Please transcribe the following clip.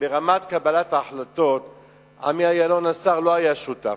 ברמת קבלת ההחלטות השר יעלון לא היה שותף.